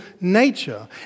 nature